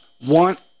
want